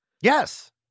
Yes